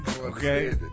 okay